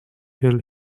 till